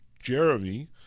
Jeremy